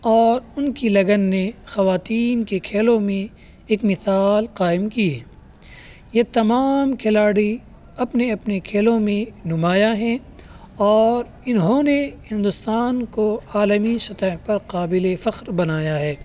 اور ان کی لگن نے خواتین کے کھیلوں میں ایک مثال قائم کی ہے یہ تمام کھلاڑی اپنے اپنے کھیلوں میں نمایاں ہیں اور انہوں نے ہندوستان کو عالمی سطح پر قابل فخر بنایا ہے